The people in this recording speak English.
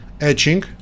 etching